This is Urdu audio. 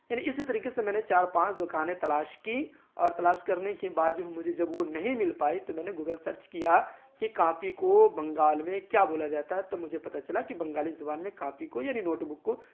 یعنی اسی طریقے سے میں نے چار پانچ دکانیں تلاش کیں اور تلاش کرنے کے بعد جو ہے مجھے جب وہ نہیں مل پائی تو میں نے گوگل سرچ کیا کہ کاپی کو بنگال میں کیا بولا جاتا ہے تب مجھے پتہ چلا کہ بنگالی زبان میں کاپی کو یعنی نوٹ بک کو